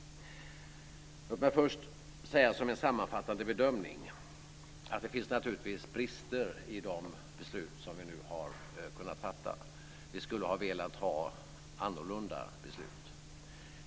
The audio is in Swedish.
Låt mig först säga som en sammanfattande bedömning att det naturligtvis finns brister i de beslut som vi nu har kunnat fatta. Vi skulle ha velat ha annorlunda beslut.